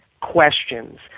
questions